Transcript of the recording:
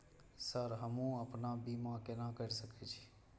Sir हमू अपना बीमा केना कर सके छी?